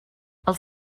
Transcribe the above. els